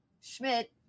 Schmidt